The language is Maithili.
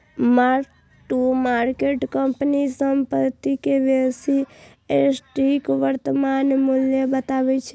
मार्क टू मार्केट कंपनी के संपत्ति के बेसी सटीक वर्तमान मूल्य बतबै छै